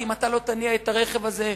כי אם אתה לא תניע את הרכב הזה,